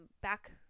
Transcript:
Back